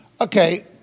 Okay